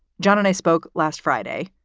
john and i spoke last friday.